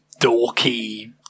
dorky